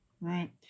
Right